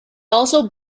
also